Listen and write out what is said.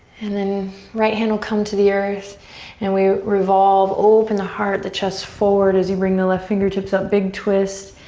and then right hand will come to the earth and we revolve, open the heart, the chest forward as you bring the left fingertips up. big twist.